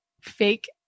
fake